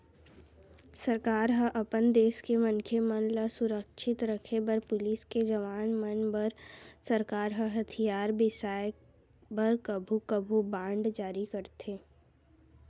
सरकार ह अपन देस के मनखे मन ल सुरक्छित रखे बर पुलिस के जवान मन बर सरकार ह हथियार बिसाय बर कभू कभू बांड जारी करथे